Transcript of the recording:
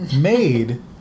made